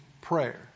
prayer